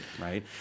right